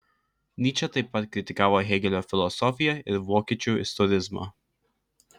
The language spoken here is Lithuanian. nyčė taip pat kritikavo hėgelio filosofiją ir vokiečių istorizmą